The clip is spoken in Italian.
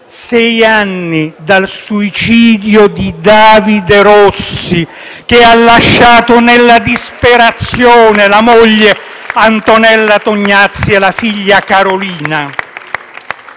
sei anni dal suicidio di David Rossi, che ha lasciato nella disperazione la moglie Antonella Tognazzi e la figlia Carolina.